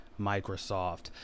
microsoft